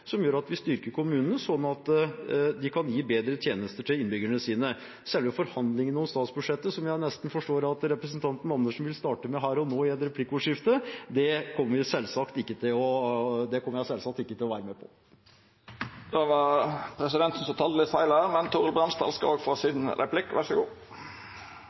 som gjør at vi styrker kommunene, slik at de kan gi bedre tjenester til innbyggerne sine. Selve forhandlingene om statsbudsjettet, som jeg forstår representanten Andersen nesten vil starte med her og nå i et replikkordskifte, kommer jeg selvsagt ikke til å være med på. Stikkordet er ressurskrevende brukere, og det har jo vært en akilleshæl i mange år. I sin regjeringstid hevet ikke Arbeiderpartiet eller den rød-grønne regjeringen innslagspunktet, men